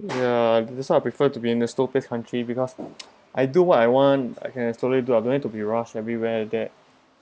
ya that's why I prefer to be in the slow pace country because I do what I want I can slowly do I don't need to be rush everywhere that